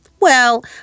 Well